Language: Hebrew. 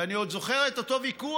ואני עוד זוכר את אותו ויכוח,